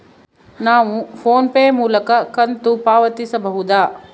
ನಾವು PhonePe ಮೂಲಕ ಕಂತು ಪಾವತಿಸಬಹುದಾ?